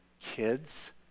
kids